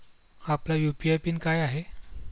आपला UPI pin काय आहे?